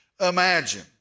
imagine